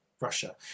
Russia